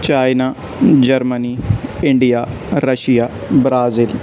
China Germany India Russia Brazil